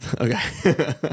okay